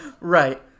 right